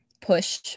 push